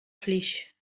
flix